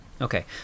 Okay